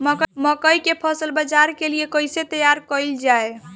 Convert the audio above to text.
मकई के फसल बाजार के लिए कइसे तैयार कईले जाए?